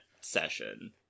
session